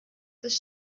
das